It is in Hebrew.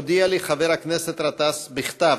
הודיע לי חבר הכנסת גטאס, בכתב,